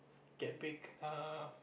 get big err